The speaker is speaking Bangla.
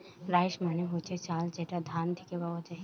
রাইস মানে হচ্ছে চাল যেটা ধান থিকে পাওয়া যায়